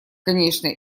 конечно